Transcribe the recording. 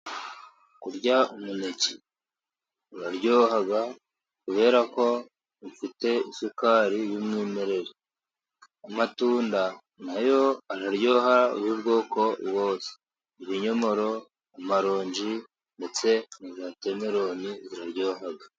Kurya umuneke uraryoha kubera ko ufite isukari y'umwimerere, amatunda na yo araryoha y'ubwoko bwose, ibinyomoro, amaronji ndetse na wotameroni biraryoha.